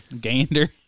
Gander